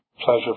pleasure